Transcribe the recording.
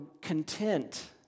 content